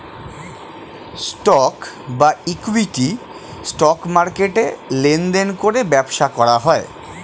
stock বা equity, stock মার্কেটে লেনদেন করে ব্যবসা করা হয়